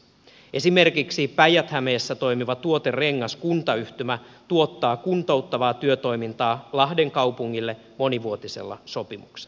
esimerkiksi päijät hämeessä toimiva tuoterengas kuntayhtymä tuottaa kuntouttavaa työtoimintaa lahden kaupungille monivuotisella sopimuksella